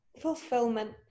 Fulfillment